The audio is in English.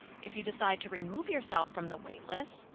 if you decide to remove yourself from the waitlist,